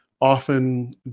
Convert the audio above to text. often